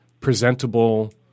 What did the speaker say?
presentable